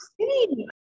see